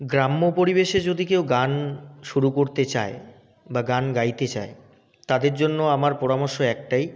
গ্রাম্য পরিবেশে যদি কেউ গান শুরু করতে চায় বা গান গাইতে চায় তাদের জন্য আমার পরামর্শ একটাই